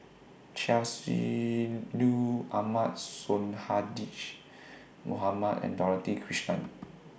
Chia Shi Lu Ahmad Sonhadji Mohamad and Dorothy Krishnan